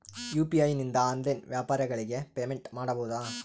UPI ನಿಂದ online ವ್ಯಾಪಾರಗಳಿಗೆ payment ಮಾಡಬಹುದಾ?